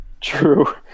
True